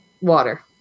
water